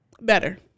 Better